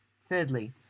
Thirdly